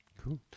Cool